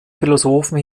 philosophen